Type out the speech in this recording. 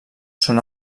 són